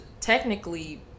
technically